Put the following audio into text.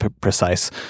precise